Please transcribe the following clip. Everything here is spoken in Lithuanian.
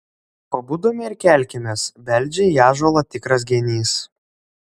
pabudome ir kelkimės beldžia į ąžuolą tikras genys